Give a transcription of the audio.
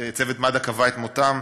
צוות מד"א קבע את מותם.